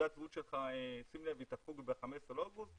'תעודת הזהות שלך תפוג ב-15 לאוגוסט,